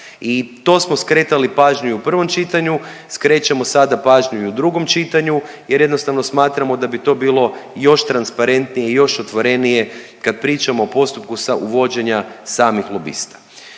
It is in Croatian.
I to smo skretali pažnju i u prvom čitanju, skrećemo sada pažnju i u drugom čitanju jer jednostavno smatramo da bi to bilo još transparentnije i još otvorenije kad pričamo o postupku sa uvođenja samih lobista.